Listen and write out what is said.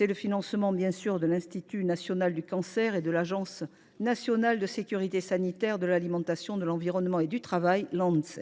Nous veillons à financer pour cela l’Institut national du cancer et l’Agence nationale de sécurité sanitaire de l’alimentation, de l’environnement et du travail. Notre